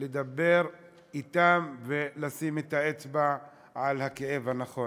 לדבר אתם ולשים את האצבע על הכאב הנכון.